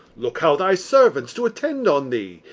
look how thy servants do attend on thee,